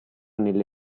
nelle